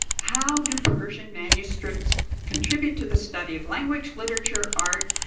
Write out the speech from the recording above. how do persian manuscripts contribute to the study of language, literature, art,